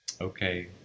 Okay